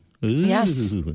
Yes